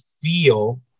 feel